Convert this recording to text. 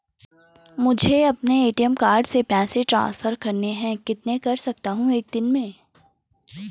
मुझे अपने ATM card से पैसे ट्रांसफर करने हैं कितने कर सकता हूँ एक दिन में?